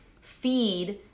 Feed